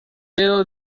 però